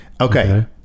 Okay